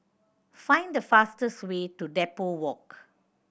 find the fastest way to Depot Walk